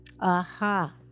Aha